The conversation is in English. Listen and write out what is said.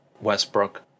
Westbrook